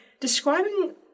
describing